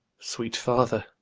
sweet father,